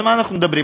על מה אנחנו מדברים?